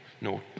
no